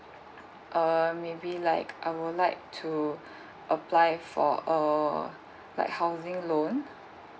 err may be like I would like to apply for uh like housing loan